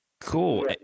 Cool